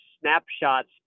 snapshots